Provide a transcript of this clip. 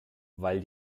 weil